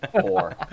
Four